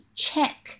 check